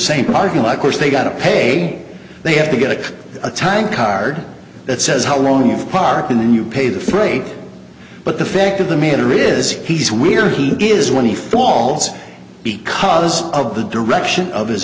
same parking lot of course they've got to pay they have to get a time card that says how long you've parked in the new pay the freight but the fact of the matter is he's we are he is when he falls because of the direction of his